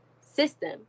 system